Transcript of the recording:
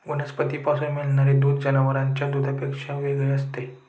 वनस्पतींपासून मिळणारे दूध जनावरांच्या दुधापेक्षा वेगळे असते